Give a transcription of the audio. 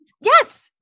Yes